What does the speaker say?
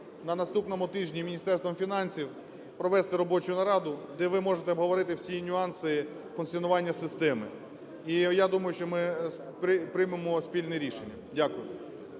на наступному тижні з Міністерством фінансів провести робочу нараду, де ви можете обговорити всі нюанси функціонування системи. І я думаю, що ми приймемо спільне рішення. Дякую.